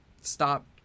stop